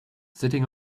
sitting